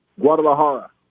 Guadalajara